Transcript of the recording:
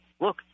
look